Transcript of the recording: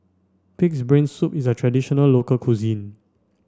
pig's brain soup is a traditional local cuisine